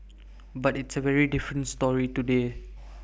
but it's A very different story today